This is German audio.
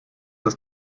das